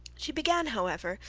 she began, however,